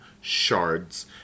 shards